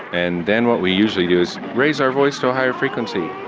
and then what we usually do is raise our voice to a higher frequency,